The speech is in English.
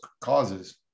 causes